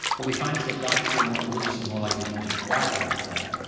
what we find is that doctors who are more religious are more likely to even enquire about that,